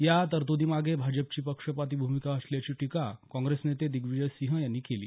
या तरतूदीमागे भाजपची पक्षपाती भूमिका असल्याची टीका काँग्रेस नेते दिग्वीजय सिंह यांनी केली